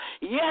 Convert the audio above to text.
Yes